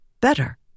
better